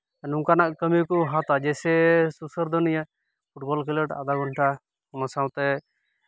ᱱᱚᱝᱠᱟᱱᱟᱜ ᱠᱟᱹᱢᱤ ᱠᱚ ᱦᱟᱛᱟᱣᱟ ᱡᱮᱭᱥᱮ ᱥᱩᱥᱟᱹᱨ ᱫᱚ ᱱᱤᱭᱟᱹ ᱯᱷᱩᱴᱵᱚᱞ ᱠᱷᱮᱞᱚᱸᱰ ᱟᱫᱷᱟ ᱜᱷᱚᱱᱴᱟ ᱚᱱᱟ ᱥᱟᱶᱛᱮ